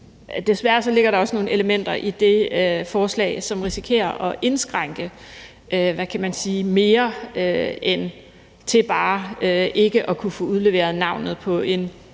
Desværre ligger der også nogle elementer i det forslag, som risikerer at indskrænke, hvad kan man sige, mere end til bare ikke at kunne få udleveret navnet på en